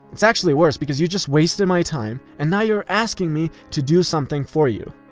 it's actually worse, because you just wasted my time, and now you're asking me to do something for you.